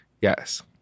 Yes